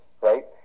right